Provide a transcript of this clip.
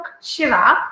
Shiva